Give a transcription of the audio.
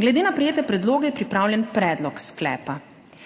Glede na prejete predloge je pripravljen predlog sklepa.